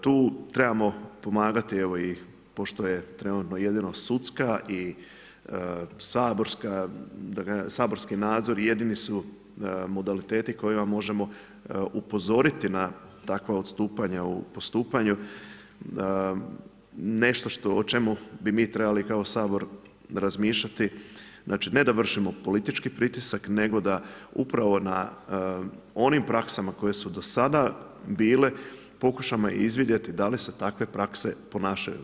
Tu trebamo pomagati, evo i pošto je trenutno jedino sudska i saborski nadzor jedini su modaliteti kojima možemo upozoriti na takva odstupanja u postupanju, nešto o čemu bi mi trebali kao Sabor razmišljati, znači ne da vršimo politički pritisak, nego da upravo na onim praksama koje su do sada bile pokušamo izvidjeti da li se takve prakse ponašaju.